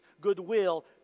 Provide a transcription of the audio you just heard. goodwill